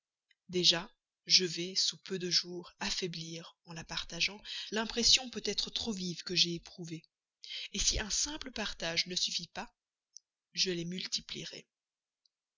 déjà je vais sous peu de jours affaiblir en la partageant l'impression peut-être trop vive que j'ai éprouvée si un seul partage ne suffit pas je les multiplierai